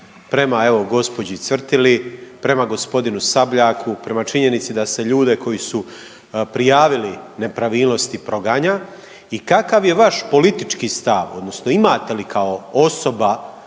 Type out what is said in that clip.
prema evo gđi. Cvrtili, prema g. Sabljaku, prema činjenici da se ljude koji su prijavili nepravilnosti proganja i kakav je vaš politički stav odnosno imate li kao osoba,